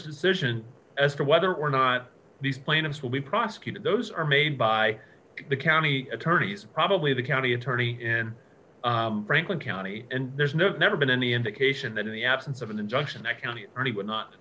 decision as to whether or not these plaintiffs will be prosecuted those are made by the county attorney's probably the county attorney in franklin county and there's never been any indication that in the absence of an injunction that county attorney would not